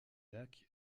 lac